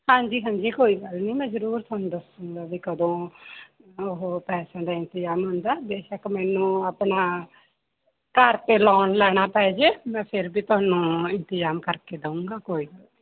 ਹਾਂਜੀ ਹਾਂਜੀ ਕੋਈ ਗੱਲ ਨਹੀਂ ਮੈਂ ਜ਼ਰੂਰ ਤੁਹਾਨੂੰ ਦੱਸੂਗਾ ਵੀ ਕਦੋਂ ਉਹ ਪੈਸਿਆ ਦਾ ਇੰਤਜਾਮ ਹੁੰਦਾ ਬੇਸ਼ੱਕ ਮੈਨੂੰ ਆਪਣਾ ਘਰ 'ਤੇ ਲੋਨ ਲੈਣਾ ਪੈ ਜੇ ਮੈਂ ਫਿਰ ਵੀ ਤੁਹਾਨੂੰ ਇੰਤਜਾਮ ਕਰਕੇ ਦਊਂਗਾ ਕੋਈ ਨਹੀਂ